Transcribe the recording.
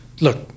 Look